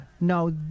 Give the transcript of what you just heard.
now